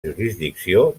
jurisdicció